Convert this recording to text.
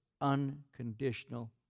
unconditional